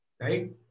Right